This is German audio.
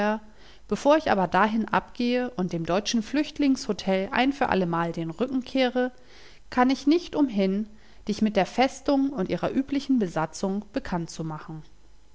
bevor ich aber dahin abgehe und dem deutschen flüchtlings htel ein für allemal den rücken kehre kann ich nicht umhin dich mit der festung und ihrer üblichen besatzung bekannt zu machen